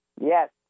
Yes